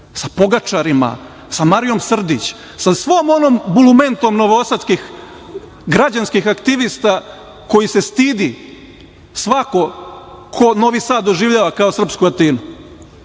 Sa pogačarima, sa Marijom Srdić, sa svom onom bulumentom novosadskih građanskih aktivista koje se stidi svako ko Novi Sad doživljava kao srpsku Atinu,